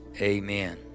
Amen